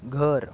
घर